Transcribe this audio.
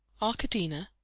arkadina,